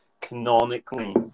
canonically